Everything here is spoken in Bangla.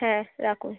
হ্যাঁ রাখ